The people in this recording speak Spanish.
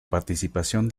participación